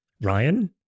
Ryan